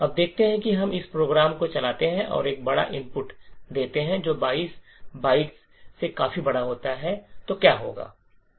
अब देखते हैं कि जब हम इस प्रोग्राम को चलाते हैं और एक बड़ा इनपुट देते हैं जो 22 बाइट से काफी बड़ा होता है तो क्या होगा